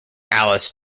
alice